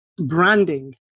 branding